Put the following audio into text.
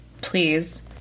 Please